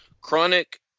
Chronic